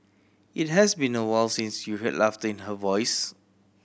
it has been awhile since you heard laughter in her voice